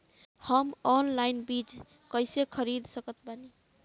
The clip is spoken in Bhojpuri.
हम ऑनलाइन बीज कइसे खरीद सकत बानी?